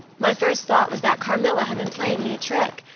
my first thought was that carmilla had been playing me a trick,